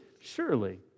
surely